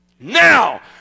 Now